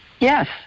Yes